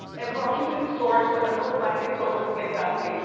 and but i'll keep it in storage, but under a blanket so it doesn't get dusty,